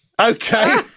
Okay